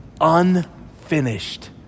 unfinished